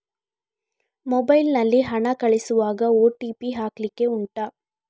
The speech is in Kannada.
ಮೊಬೈಲ್ ನಲ್ಲಿ ಹಣ ಕಳಿಸುವಾಗ ಓ.ಟಿ.ಪಿ ಹಾಕ್ಲಿಕ್ಕೆ ಉಂಟಾ